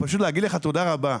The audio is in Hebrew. אני רוצה פשוט להגיד לך תודה רבה.